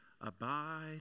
Abide